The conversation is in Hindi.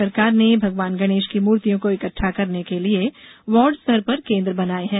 राज्य सरकार ने भगवान गणेश की मूर्तियों को इक्टठा करने के लिए वार्ड स्तर पर केन्द्र बनाये हैं